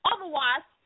Otherwise